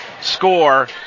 score